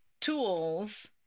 tools